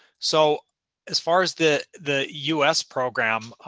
so as far as the the u. s. program,